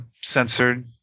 censored